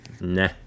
Nah